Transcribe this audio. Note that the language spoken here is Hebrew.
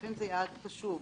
ואכן זה יעד חשוב.